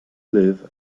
live